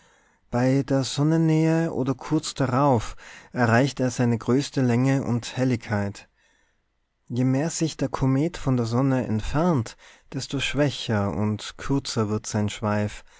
bei der sonnennähe oder kurz darauf erreicht er seine größte länge und helligkeit je mehr sich der komet von der sonne entfernt desto schwächer und kürzer wird sein schweif